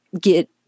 get